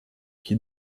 qui